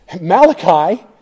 Malachi